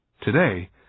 Today